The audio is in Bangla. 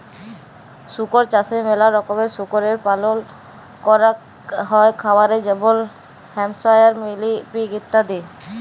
শুকর চাষে ম্যালা রকমের শুকরের পালল ক্যরাক হ্যয় খামারে যেমল হ্যাম্পশায়ার, মিলি পিগ ইত্যাদি